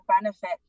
benefit